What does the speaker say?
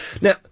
Now